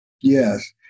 Yes